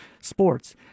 sports